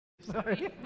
Sorry